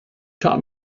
taught